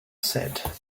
said